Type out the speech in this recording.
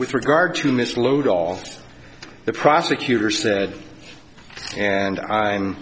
with regard to miss load all the prosecutor said and i